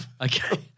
Okay